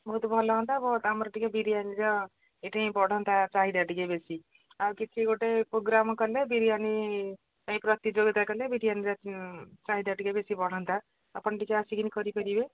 ବହୁତ ଭଲ ହୁଅନ୍ତା ଓ ଆମର ଟିକେ ବିରିୟାନୀର ଏଇଠାରେ ବଢ଼ନ୍ତା ଚାହିଦା ଟିକେ ବେଶୀ ଆଉ କିଛି ଗୋଟେ ପ୍ରୋଗ୍ରାମ କଲେ ବିରିୟାନୀ ପାଇଁ ପ୍ରତିଯୋଗିତା କଲେ ବିରିୟାନୀର ଚାହିଦା ଟିକେ ବେଶୀ ବଢ଼ନ୍ତା ଆପଣ ଟିକେ ଆସିକି କରିପାରିବେ